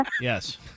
yes